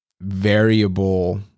variable